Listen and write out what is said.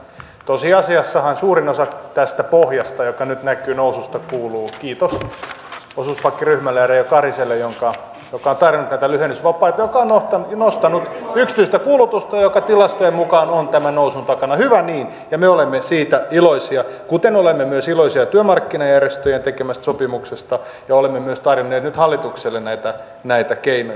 tosiasiassahan suurimmalta osin tästä pohjasta noususta joka nyt näkyy kuuluu kiitos osuuspankkiryhmälle ja reijo karhiselle joka on tarjonnut näitä lyhennysvapaita mikä on nostanut yksityistä kulutusta ja joka tilastojen mukaan on tämän nousun takana hyvä niin ja me olemme siitä iloisia kuten olemme myös iloisia työmarkkinajärjestöjen tekemästä sopimuksesta ja olemme myös tarjonneet nyt hallitukselle näitä keinoja